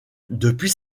depuis